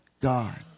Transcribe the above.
God